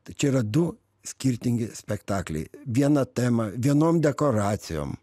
tai čia yra du skirtingi spektakliai viena tema vienom dekoracijom